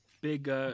big